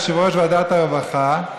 יושב-ראש ועדת הרווחה,